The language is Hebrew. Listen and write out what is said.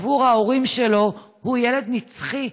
בעבור ההורים שלו הוא ילד נצחי,